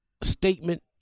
statement